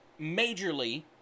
majorly